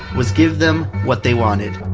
was give them what they wanted.